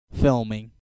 filming